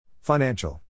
Financial